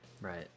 right